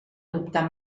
adoptar